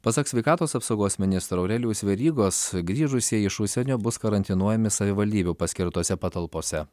pasak sveikatos apsaugos ministro aurelijaus verygos grįžusieji iš užsienio bus karantinuojami savivaldybių paskirtose patalpose